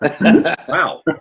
Wow